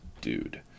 Dude